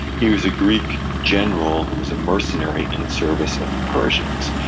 he was a greek general who was a mercenary in service of the persians,